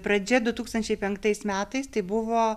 pradžia du tūkstančiai penktais metais tai buvo